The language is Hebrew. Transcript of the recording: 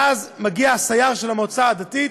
ואז מגיע הסייר של המועצה הדתית,